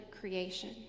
creation